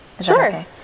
Sure